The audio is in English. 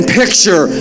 picture